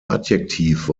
adjektiv